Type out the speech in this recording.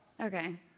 Okay